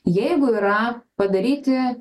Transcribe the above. jeigu yra padaryti